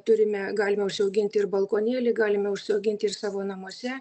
turime galime užsiauginti ir balkonėly galime užsiauginti ir savo namuose